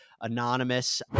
anonymous